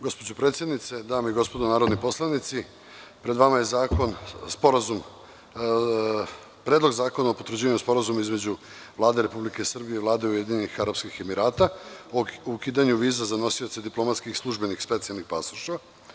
Gospođo predsednice, dame i gospodo narodni poslanici, pred vama je Predlog zakona o potvrđivanju Sporazuma između Vlade Republike Srbije i Vlade Ujedinjenih Arapskih Emirata o ukidanju viza za nosioce diplomatskih i službenih specijalnih pasoša.